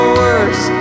worse